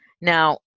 Now